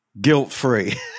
guilt-free